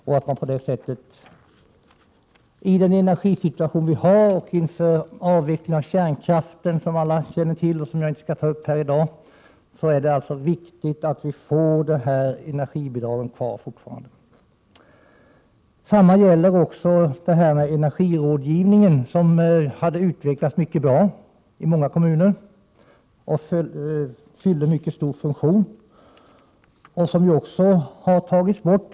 I den energisituation som vi nu befinner oss i och inför avvecklingen av kärnkraften — som alla känner till och som jag inte skall ta upp här i dag — är det viktigt att vi har energibidrag. Även energirådgivningen, som hade utvecklats mycket bra i många kommuner och som fyllde en mycket viktig funktion, har tagits bort.